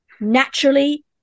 naturally